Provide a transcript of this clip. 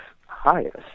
highest